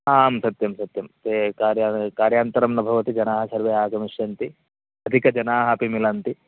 आं सत्यं सत्यं ते कार्यं कार्यान्तरं न भवति जनाः सर्वे आगमिष्यन्ति अधिकजनाः अपि मिलन्ति